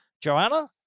Joanna